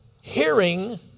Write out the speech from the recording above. Hearing